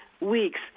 weeks